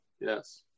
Yes